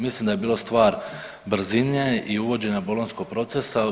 Mislim da je bila stvar brzine i uvođenja Bolonjskog procesa.